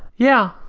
yeah,